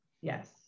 yes